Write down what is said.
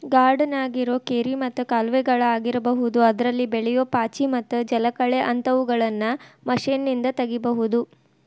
ಗಾರ್ಡನ್ಯಾಗಿರೋ ಕೆರಿ ಮತ್ತ ಕಾಲುವೆಗಳ ಆಗಿರಬಹುದು ಅದ್ರಲ್ಲಿ ಬೆಳಿಯೋ ಪಾಚಿ ಮತ್ತ ಜಲಕಳೆ ಅಂತವುಗಳನ್ನ ಮಷೇನ್ನಿಂದ ತಗಿಬಹುದು